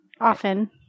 Often